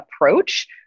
approach